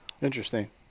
Interesting